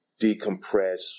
decompress